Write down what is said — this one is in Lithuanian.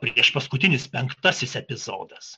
priešpaskutinis penktasis epizodas